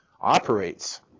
operates